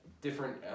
different